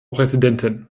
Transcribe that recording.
präsidentin